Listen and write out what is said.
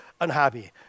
unhappy